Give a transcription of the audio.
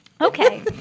Okay